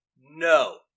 No